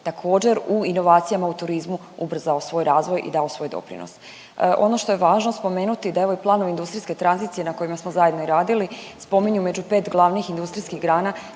također u inovacijama u turizmu ubrzao svoj razvoj i dao svoj doprinos. Ono što je važno spomenuti da evo i planovi industrijske tranzicije na kojima smo zajedno i radili spominju među 5 glavnih industrijskih grana